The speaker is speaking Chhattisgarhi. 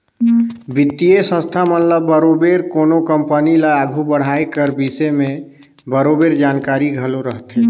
बित्तीय संस्था मन ल बरोबेर कोनो कंपनी ल आघु बढ़ाए कर बिसे में बरोबेर जानकारी घलो रहथे